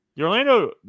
Orlando